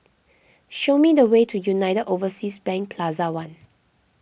show me the way to United Overseas Bank Plaza one